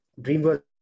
DreamWorks